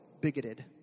bigoted